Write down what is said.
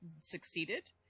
Succeeded